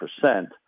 percent